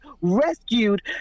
rescued